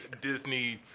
Disney